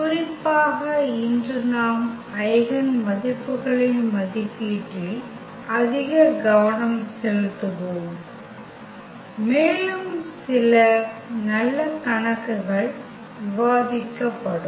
குறிப்பாக இன்று நாம் ஐகென் மதிப்புகளின் மதிப்பீட்டில் அதிக கவனம் செலுத்துவோம் மேலும் சில நல்ல கணக்குகள் விவாதிக்கப்படும்